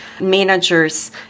managers